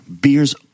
beers